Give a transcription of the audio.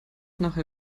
nachher